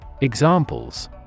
Examples